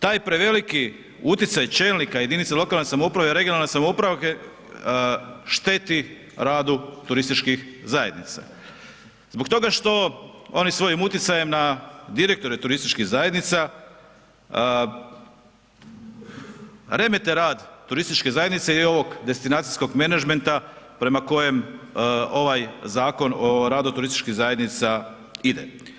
Taj preveliki utjecaj čelnika, jedinica lokalne samouprave, regionalne samouprave šteti radu turističkih zajednica zbog toga što oni svojim utjecajem na direktore turističkih zajednica remete rad turističke zajednice i ovog destinacijskog menadžmenta prema kojem ovaj Zakon o radu turističkih zajednica ide.